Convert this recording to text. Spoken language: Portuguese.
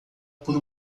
por